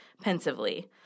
pensively